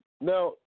Now